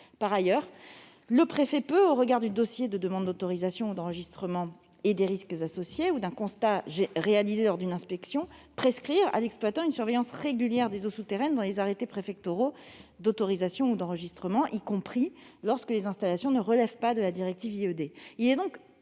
Par ailleurs, au regard du dossier de demande d'autorisation ou d'enregistrement et des risques associés, ou sur la base d'un constat réalisé lors d'une inspection, le préfet peut prescrire à l'exploitant une surveillance régulière des eaux souterraines par les arrêtés préfectoraux d'autorisation ou d'enregistrement, y compris lorsque les installations ne relèvent pas de la directive IED.